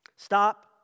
Stop